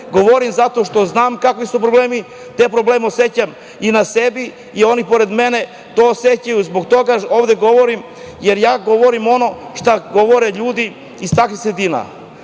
govorim zato što znam kakvi su problemi. Te probleme osećam i na sebi i oni pored mene to osećaju. Zbog toga ovde govorim, jer ja govorim ono što govore ljudi iz takvih